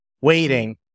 waiting